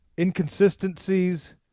inconsistencies